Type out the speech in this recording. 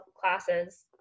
classes